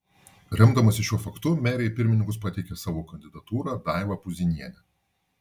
remdamasi šiuo faktu merė į pirmininkus pateikė savo kandidatūrą daivą puzinienę